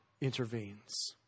intervenes